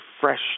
fresh